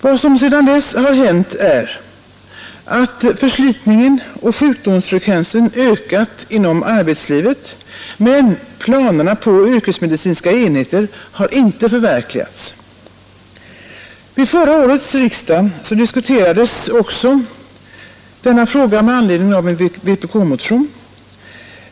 Vad som sedan dess har hänt är att förslitningen och sjukdomsfrekvensen ökat inom arbetslivet, men planerna på yrkesmedicinska enheter har inte förverkligats. Vid förra årets riksdag diskuterades också denna fråga med anledning av en vpk-motion.